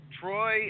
Troy